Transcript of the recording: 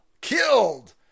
killed